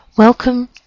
Welcome